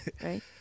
Right